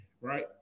right